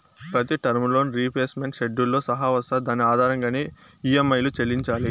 ప్రతి term loan repayment షెడ్యూల్తో సహా వస్తాది దాని ఆధారంగానే ఈ.యం.ఐలు చెల్లించాలి